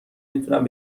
میتونم